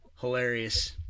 hilarious